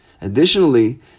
Additionally